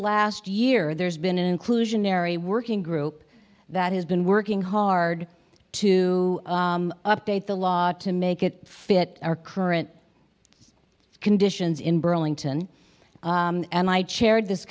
last year there's been an inclusionary working group that has been working hard to update the law to make it fit our current conditions in burlington and i chaired this